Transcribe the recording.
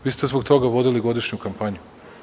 Vi ste zbog toga vodili godišnju kampanju.